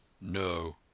No